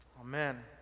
Amen